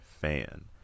fan